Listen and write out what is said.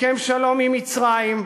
הסכם שלום עם מצרים,